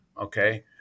Okay